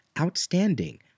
outstanding